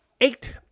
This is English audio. eight